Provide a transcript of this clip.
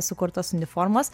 sukurtos uniformos